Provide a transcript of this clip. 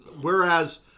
whereas